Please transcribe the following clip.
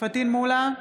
פטין מולא,